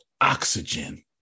oxygen